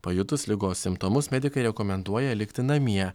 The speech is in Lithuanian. pajutus ligos simptomus medikai rekomenduoja likti namie